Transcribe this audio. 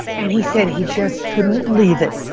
and he said he just couldn't leave it.